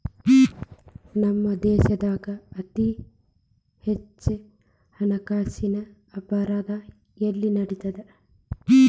ನಮ್ಮ ದೇಶ್ದಾಗ ಅತೇ ಹೆಚ್ಚ ಹಣ್ಕಾಸಿನ್ ಅಪರಾಧಾ ಎಲ್ಲಿ ನಡಿತದ?